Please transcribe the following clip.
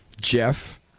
Jeff